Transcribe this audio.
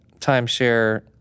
timeshare